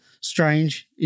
Strange